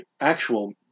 actual